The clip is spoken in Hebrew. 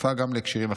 תקפה גם להקשרים אחרים.